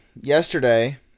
yesterday